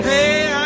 Hey